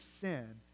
sin